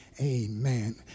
amen